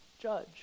judge